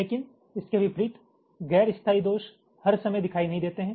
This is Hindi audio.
लेकिन इसके विपरीत गैर स्थायी दोष हर समय दिखाई नहीं देते हैं